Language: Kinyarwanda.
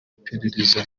iperereza